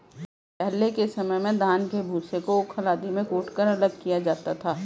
पहले के समय में धान के भूसे को ऊखल आदि में कूटकर अलग किया जाता था